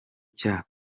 cya